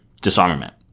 disarmament